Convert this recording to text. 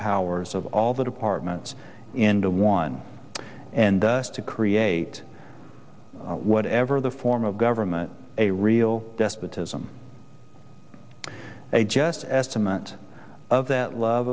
powers of all the departments into one and to create whatever the form of government a real despotism a just estimate of that love